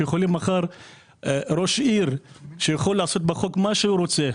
כשיש ראש עיר שמחר יוכל לעשות בחוק מה שהוא רוצה,